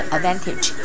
Advantage